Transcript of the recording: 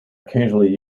occasionally